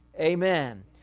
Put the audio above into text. amen